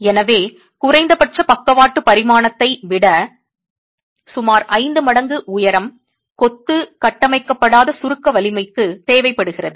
எனவே குறைந்தபட்ச பக்கவாட்டு பரிமாணத்தை விட சுமார் 5 மடங்கு உயரம் கொத்து கட்டமைக்கப்படாத சுருக்க வலிமைக்கு தேவைப்படுகிறது